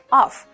off